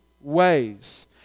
ways